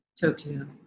Tokyo